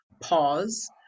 pause